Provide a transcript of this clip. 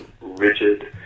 rigid